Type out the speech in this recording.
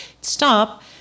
Stop